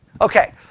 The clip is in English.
Okay